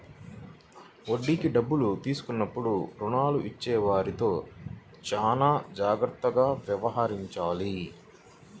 వడ్డీకి డబ్బులు తీసుకున్నప్పుడు రుణాలు ఇచ్చేవారితో చానా జాగ్రత్తగా వ్యవహరించాలి